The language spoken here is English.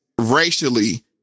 racially